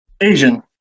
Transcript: asian